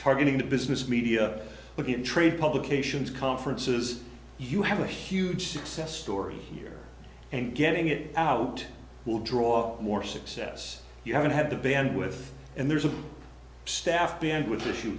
targeting the business media looking at trade publications conferences you have a huge success story here and getting it out will draw more success you haven't had to bend with and there's a staff bandwidth issue